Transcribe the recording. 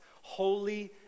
holy